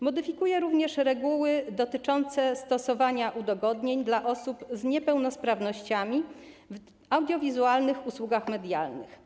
Modyfikuje również reguły dotyczące stosowania udogodnień dla osób z niepełnosprawnościami w audiowizualnych usługach medialnych.